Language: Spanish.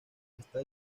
está